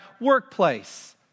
workplace